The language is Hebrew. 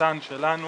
בחמצן שלנו